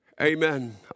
Amen